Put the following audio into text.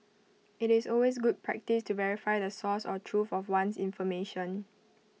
IT is always good practice to verify the source or truth of one's information